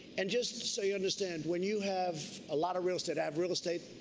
and just so you understand, when you have a lot of real estate, i have real estate,